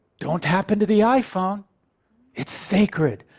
don't tap into the iphone it's sacred.